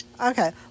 Okay